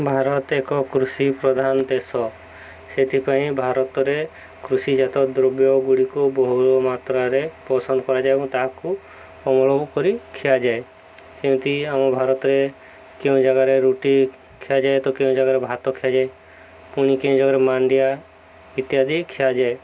ଭାରତ ଏକ କୃଷିପ୍ରଧାନ ଦେଶ ସେଥିପାଇଁ ଭାରତରେ କୃଷିଜାତ ଦ୍ରବ୍ୟଗୁଡ଼ିକୁ ବହୁଳ ମାତ୍ରାରେ ପସନ୍ଦ କରାଯାଏ ଏବଂ ତାହାକୁ ଅମଳ କରି ଖିଆଯାଏ ଯେମିତି ଆମ ଭାରତରେ କେଉଁ ଜାଗାରେ ରୁଟି ଖିଆଯାଏ ତ କେଉଁ ଜାଗାରେ ଭାତ ଖିଆଯାଏ ପୁଣି କେଉଁ ଜାଗାରେ ମାଣ୍ଡିଆ ଇତ୍ୟାଦି ଖିଆଯାଏ